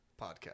podcast